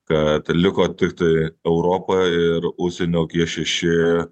kad liko tiktai europa ir užsienio g šeši